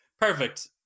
perfect